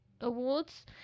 Awards